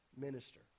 minister